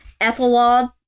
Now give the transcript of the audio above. Ethelwald